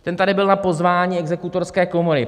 Ten tady byl na pozvání Exekutorské komory.